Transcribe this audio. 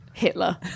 Hitler